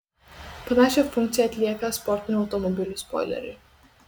panašią funkciją atlieka sportinių automobilių spoileriai